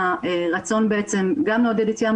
באמת השכר שאנחנו